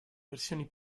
versioni